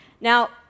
Now